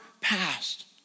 past